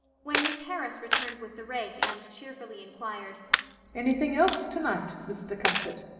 when miss harris returned with the rake and cheerfully inquired anything else tonight, mr. cuthbert?